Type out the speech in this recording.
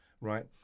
Right